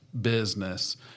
business